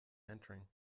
entering